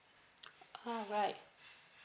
ah right